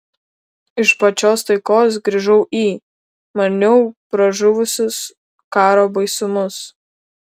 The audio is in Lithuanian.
iš pačios taikos grįžau į maniau pražuvusius karo baisumus